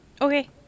Okay